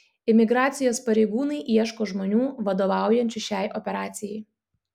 imigracijos pareigūnai ieško žmonių vadovaujančių šiai operacijai